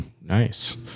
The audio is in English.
nice